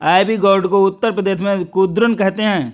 ivy gourd को उत्तर प्रदेश में कुद्रुन कहते हैं